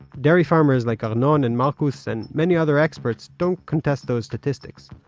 dairy farmers, like arnon and marcus and many other experts, don't contest those statistics,